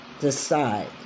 decide